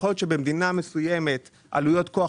יכול להיות שבמדינה מסוימת עלויות כוח